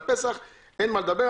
על פסח אין מה לדבר,